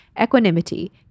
equanimity